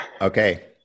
Okay